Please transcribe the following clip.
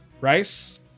Rice